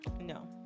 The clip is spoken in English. No